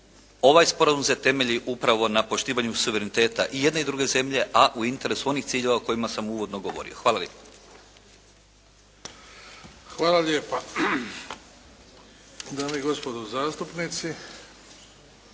ovaj sporazum se temelji upravo na poštivanju suvereniteta i jedne i druge zemlje a u interesu onih ciljeva o kojima sam uvodno govorio. Hvala lijepo. **Bebić, Luka (HDZ)** Hvala lijepa. Dame i gospodo zastupnici